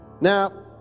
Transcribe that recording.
now